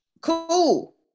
Cool